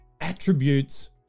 attributes